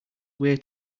way